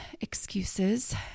excuses